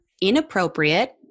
Inappropriate